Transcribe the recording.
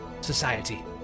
society